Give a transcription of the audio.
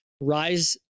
rise